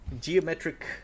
geometric